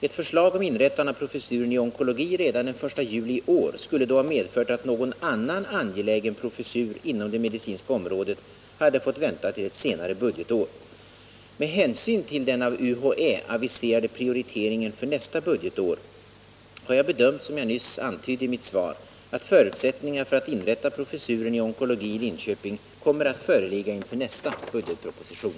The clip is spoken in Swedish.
Ett förslag om inrättande av professuren i onkologi redan den 1 juli i år skulle ha medfört att någon annan angelägen professur inom det medicinska området hade fått vänta till ett senare budgetår. Med hänsyn till den av UHÄ aviserade prioriteringen för nästa budgetår har jag, som jag nyss antydde i mitt svar, bedömt att förutsättningar för att inrätta professuren i onkologi i Linköping kommer att föreligga inför nästa budgetproposition.